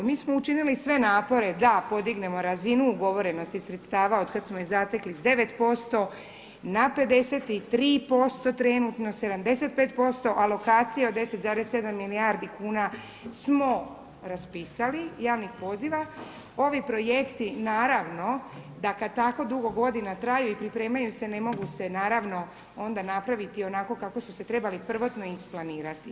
Mi smo učinili sve napore da podignemo razinu ugovorenosti sredstva otkad smo ih zatekli s 9%, na 53%, trenutno 75%, alokacija od 10,7 milijardi kuna smo raspisali javnih poziva, ovi projekti, naravno da kad tako dugo godina traju i pripremaju se ne mogu se naravno onda napraviti onako kako su se trebali prvotno isplanirati.